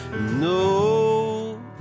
no